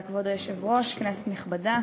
כבוד היושב-ראש, תודה, כנסת נכבדה,